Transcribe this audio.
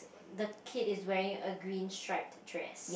the kid is wearing a green striped dress